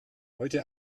heute